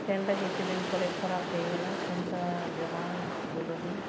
ଫ୍ୟାନ୍ଟା କିଛି ଦିନ ପରେ ଖରାପ ହେଇଗଲା ଫ୍ୟାନ୍ଟା ଜମା ବୁଲୁନି